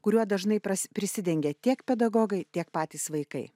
kuriuo dažnai pras prisidengia tiek pedagogai tiek patys vaikai